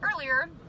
earlier